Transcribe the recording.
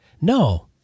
No